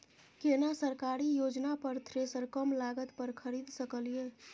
केना सरकारी योजना पर थ्रेसर कम लागत पर खरीद सकलिए?